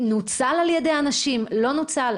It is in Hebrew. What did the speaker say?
נוצל על ידי אנשים או לא נוצל?